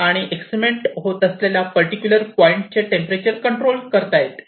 आणि एक्सपेरिमेंट होत असलेल्या पर्टिक्युलर पॉइंटचे टेंपरेचर कंट्रोल करता येते